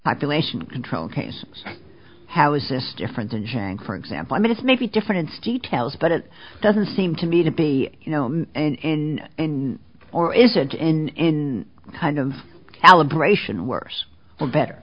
population control case how is this different than zhang for example i mean it's maybe difference details but it doesn't seem to me to be you know in in or is it in kind of calibration worse or better